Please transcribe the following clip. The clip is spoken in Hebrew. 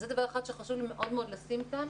זה דבר אחד שחשוב לי מאוד מאוד לשים כאן